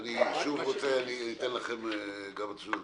אושר פה אחד.